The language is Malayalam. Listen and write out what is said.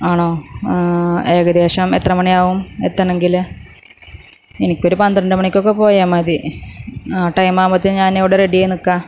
ആണോ ഏകദേശം എത്ര മണിയാവും എത്തണമെങ്കില് എനിക്കൊരു പന്ത്രണ്ടു മണിക്കൊക്കെ പോയാൽ മതി ആ ടൈം ആകുമ്പത്തേനും ഞാനിവിടെ റെഡിയായി നിൽക്കാം